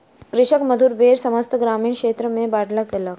कृषक मधुर बेर समस्त ग्रामीण क्षेत्र में बाँटलक कयलक